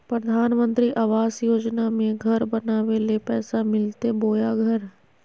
प्रधानमंत्री आवास योजना में घर बनावे ले पैसा मिलते बोया घर?